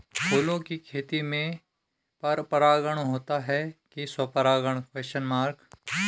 फूलों की खेती में पर परागण होता है कि स्वपरागण?